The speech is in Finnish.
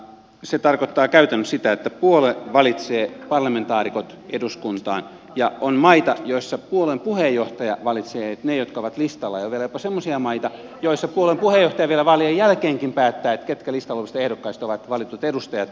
se tarkoittaa käytännössä sitä että puolue valitsee parlamentaarikot eduskuntaan ja on maita joissa puolueen puheenjohtaja valitsee ne jotka ovat listalla ja on vielä jopa semmoisia maita joissa puolueen puheenjohtaja vielä vaalien jälkeenkin päättää ketkä listalla olevista ehdokkaista ovat valitut edustajat